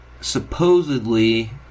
supposedly